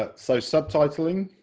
ah so subtitling,